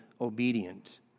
obedient